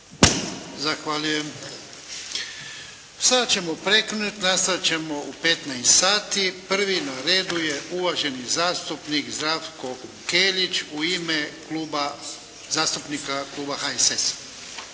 Ivan (HDZ)** Sada ćemo prekinuti. Nastaviti ćemo u 15 sati. Prvi na redu je uvaženi zastupnik Zdravko Kelić u ime Kluba zastupnika Kluba HSS-a.